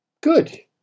Good